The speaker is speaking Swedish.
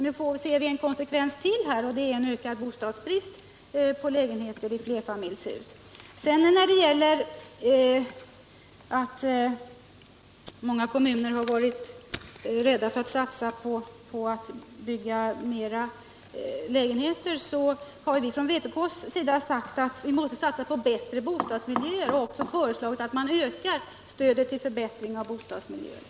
Nu ser vi en konsekvens till av småhussatsningen, nämligen en ökad brist på lägenheter i flerfamiljshus. När det gäller det förhållandet att många kommuner varit rädda för att satsa på att bygga mer lägenheter har vi från vpk:s sida sagt att vi måste satsa på bättre bostadsmiljöer. Vi har också föreslagit att man skall öka stödet till förbättring av bostadsmiljöer.